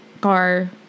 car